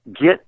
Get